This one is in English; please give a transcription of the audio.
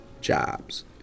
jobs